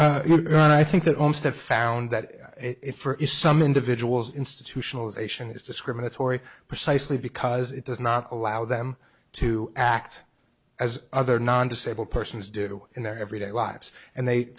i think that also found that it for is some individuals institutionalization is discriminatory precisely because it does not allow them to act as other non disabled persons do in their everyday lives and they